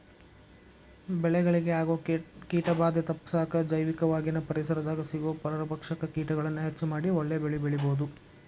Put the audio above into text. ಬೆಳೆಗಳಿಗೆ ಆಗೋ ಕೇಟಭಾದೆ ತಪ್ಪಸಾಕ ಜೈವಿಕವಾಗಿನ ಪರಿಸರದಾಗ ಸಿಗೋ ಪರಭಕ್ಷಕ ಕೇಟಗಳನ್ನ ಹೆಚ್ಚ ಮಾಡಿ ಒಳ್ಳೆ ಬೆಳೆಬೆಳಿಬೊದು